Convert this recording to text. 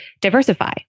diversify